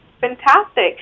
fantastic